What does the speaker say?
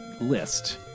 list